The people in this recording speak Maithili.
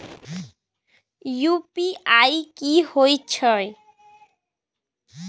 यु.पी.आई की होय छै?